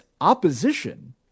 opposition